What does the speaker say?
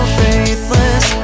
faithless